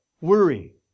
worry